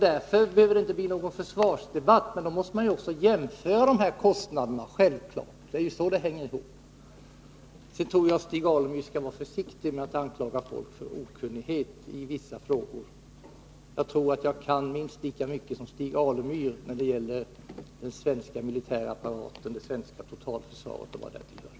Därför behöver det inte bli någon försvarsdebatt, men man måste självfallet jämföra de här kostnaderna. Sedan vill jag också säga att jag tror att Stig Alemyr skall vara försiktig med att anklaga folk för okunnighet. Jag tror att jag kan minst lika mycket som Stig Alemyr när det gäller den svenska militärapparaten, det svenska totalförsvaret och vad därtill hör.